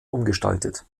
umgestaltet